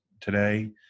Today